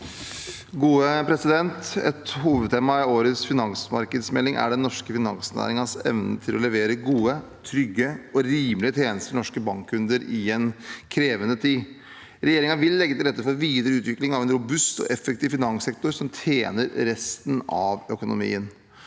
Vedum Et hovedtema i årets finansmarkedsmelding er den nors ke finansnæringens evne til å levere gode, trygge og rimelige tjenester til norske bankkunder i en krevende tid. Regjeringen vil legge til rette for videre utvikling av en robust og effektiv finanssektor som tjener resten av økonomien.